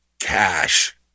cash